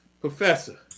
Professor